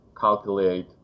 calculate